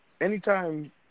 anytime